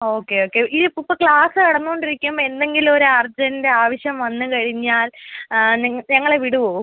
okay okay ഈ ഇപ്പം class നടന്നുകൊണ്ടിരിക്കുമ്പം എന്തെങ്കിലും ഒരു അർജൻറ് ആവശ്യം വന്ന് കഴിഞ്ഞാൽ നിങ്ങൾ ഞങ്ങളെ വിടുമോ